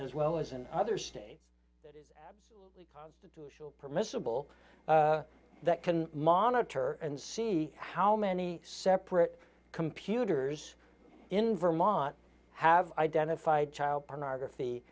as well as in other states permissible that can monitor and see how many separate computers in vermont have identified child pornography